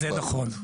זה נכון.